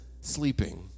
sleeping